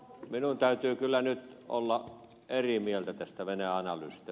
minun täytyy kyllä nyt olla eri mieltä tästä venäjä analyysistä